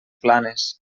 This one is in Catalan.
planes